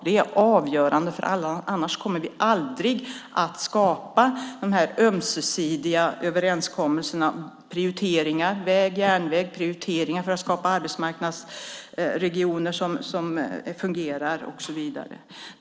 Det är avgörande för alla, för annars kommer vi aldrig att skapa ömsesidiga överenskommelser om prioriteringar beträffande väg-järnväg, prioriteringar för att skapa arbetsmarknadsregioner som fungerar och så vidare.